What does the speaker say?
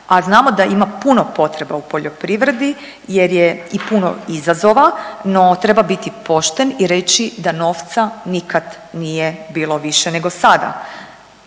a znamo da ima puno potreba u poljoprivredi jer je i puno izazova, no treba biti pošten i reći da novca nikad nije bilo više nego sada.